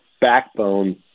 backbone